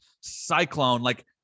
Cyclone—like